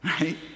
right